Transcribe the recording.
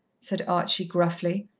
said archie gruffly.